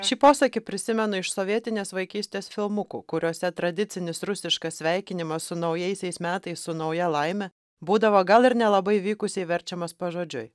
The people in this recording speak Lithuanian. šį posakį prisimenu iš sovietinės vaikystės filmukų kuriuose tradicinis rusiškas sveikinimas su naujaisiais metais su nauja laime būdavo gal ir nelabai vykusiai verčiamas pažodžiui